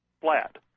flat